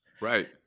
Right